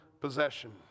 possession